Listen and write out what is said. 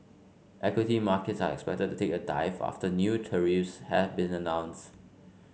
equity markets are expected to take a dive after new tariffs have been announced